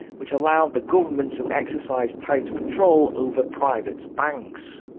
which allowed the government to exercise tight control over private banks.